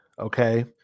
Okay